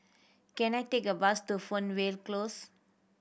can I take a bus to Fernvale Close